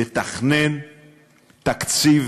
לתכנן תקציב